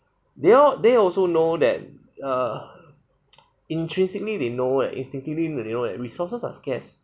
they all they also know that err increasingly they know that instinctively they know that resources are scarce